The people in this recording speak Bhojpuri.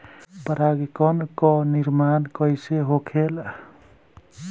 पराग कण क निर्माण कइसे होखेला?